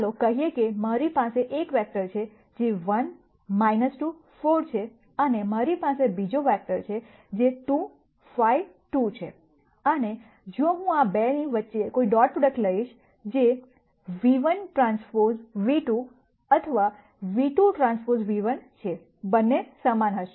ચાલો કહીએ કે મારી પાસે એક વેક્ટર છે જે 1 2 4 છે અને મારી પાસે બીજો વેક્ટર છે જે 2 5 2 છે અને જો હું આ 2 ની વચ્ચે કોઈ ડોટ પ્રોડક્ટ લઈશ જે v1Tv2 અથવા v2Tv1 છે બંને સમાન હશે